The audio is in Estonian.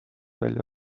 välja